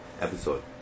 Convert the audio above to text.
episode